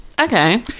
Okay